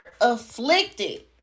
afflicted